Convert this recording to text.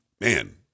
man